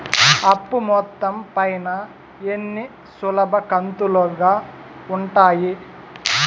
అప్పు మొత్తం పైన ఎన్ని సులభ కంతులుగా ఉంటాయి?